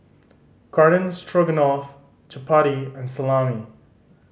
Garden Stroganoff Chapati and Salami